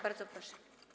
Bardzo proszę.